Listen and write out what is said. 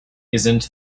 isn’t